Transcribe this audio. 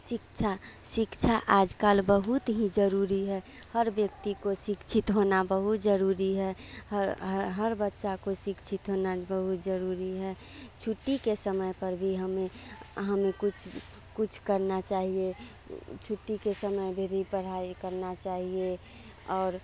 शिक्षा शिक्षा आजकल बहुत ही ज़रूरी है हर व्यक्ति को शिक्षित होना बहुत ज़रूरी है ह ह हर बच्चा को शिक्षित होना बहुत ज़रूरी है छुट्टी के समय पर भी हमें हमें कुछ कुछ करना चाहिए छुट्टी के समय में भी पढ़ाई करना चाहिए और